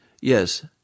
Yes